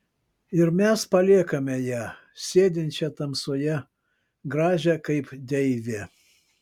ir mes paliekame ją sėdinčią tamsoje gražią kaip deivę